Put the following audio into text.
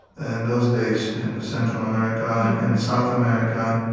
and those days, in central america and south america,